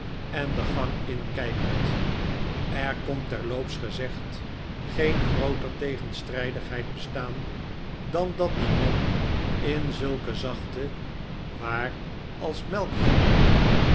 en de gang inkijkend er kon terloops gezepd geen grooter tegenstrijdigheid bestaan dan dat die man in zulke zachte waar als melk handelde